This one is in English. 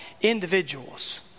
individuals